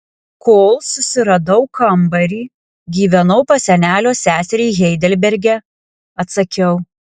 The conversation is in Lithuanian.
kol susiradau kambarį gyvenau pas senelio seserį heidelberge atsakiau